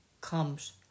comes